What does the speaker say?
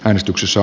äänestyksessä